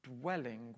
dwelling